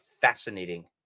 fascinating